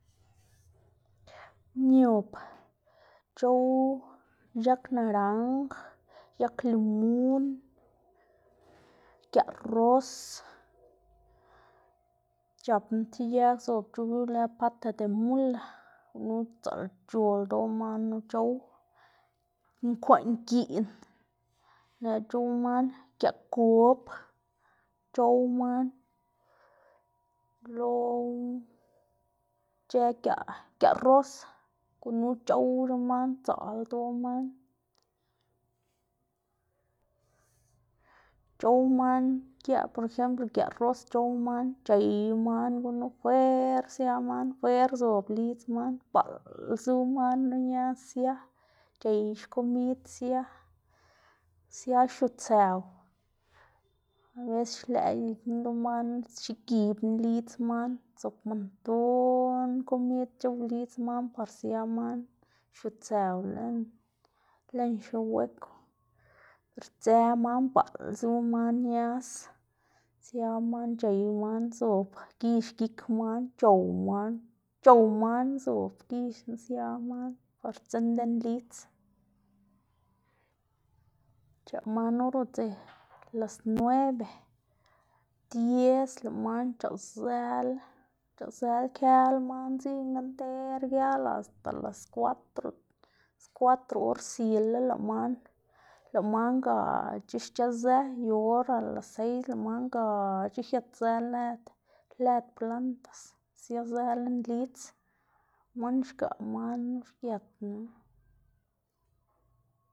miob c̲h̲ow yag naranj, yag limun, giaꞌ ros, c̲h̲apná tib yag zob c̲h̲ow yu lë pata de mula, gunu sdzaꞌlc̲h̲o ldoꞌ man knu c̲h̲ow, nkwaꞌngiꞌn lëꞌkga c̲h̲ow man, giaꞌ gob c̲h̲ow man lo c̲h̲ë giaꞌ giaꞌ ros, gunu c̲h̲owc̲h̲a man, sdzaꞌl ldoꞌ man, c̲h̲ow man giaꞌ por ejemplo giaꞌ ros c̲h̲ow man c̲h̲ey man gunu fwer sia man, fwer zob lidz man, baꞌl zu man knu ñaz sia c̲h̲ey xkomid sia sia xiutsëw, abeces xlëꞌ gikná lo man knu xegibná lidz man, zob montón komid c̲h̲ow lidz man par sia man xiutsëw lën, lën xi hueco, vber sdzë man baꞌl zu man ñaz sia man c̲h̲ey man zob gix gik man, c̲h̲ow man, c̲h̲ow man zob gix knu sia man, par sdzinn lën lidz xc̲h̲aꞌ man or udze las nueve, dies lëꞌ man xc̲h̲aꞌzëla, xc̲h̲aꞌzëla këla man dziꞌnga nter giaꞌl asta a las cuatro, las cuatro or sil- la lëꞌ man lëꞌ man gac̲h̲a xc̲h̲aꞌzë yu or a las seis lëꞌ man gac̲h̲a xiëtzë lëd lëd plantas siazë lën lidz, man xgaꞌ man knu xgët knu.